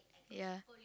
ya